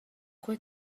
quei